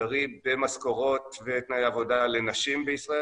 מגדרי במשכורות ותנאי עבודה לנשים בישראל,